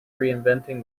reinventing